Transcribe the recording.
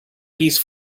piece